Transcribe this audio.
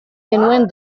genuen